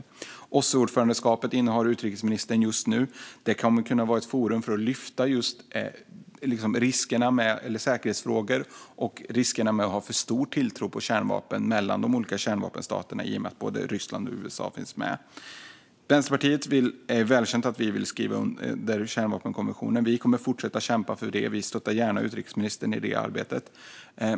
Utrikesministern är just nu ordförande för OSSE. Det kommer, i och med att både Ryssland och USA finns med, att kunna vara ett forum för att lyfta fram just säkerhetsfrågor och riskerna med att ha för stor tilltro till kärnvapen vad gäller relationen mellan de olika kärnvapenstaterna. Det är välkänt att Vänsterpartiet vill att Sverige ska skriva under kärnvapenkonventionen. Vi kommer att fortsätta kämpa för det. Vi stöttar gärna utrikesministern i det arbetet.